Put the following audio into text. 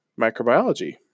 microbiology